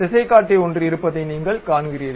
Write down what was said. திசைக்காட்டி ஒன்று இருப்பதை நீங்கள் காண்கிறீர்கள்